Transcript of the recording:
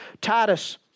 Titus